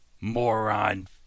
moron